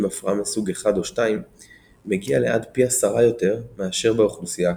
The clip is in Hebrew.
הפרעה מסוג 1 או 2 מגיע לעד פי עשרה יותר מאשר באוכלוסייה הכללית.